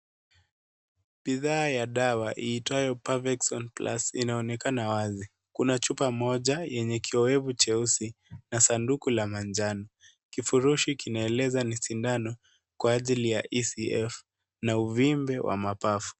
Bidhaa ya dawa iitwayo Parvexon Plus inaonekana wazi. Kuna chupa moja yenye kiowevu cheusi na sanduku la manjano. Kifurushi kinaeleza ni sindano kwa ajiil ya ECF na uvimbe wa mapafu.